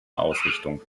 ausrichtung